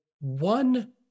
one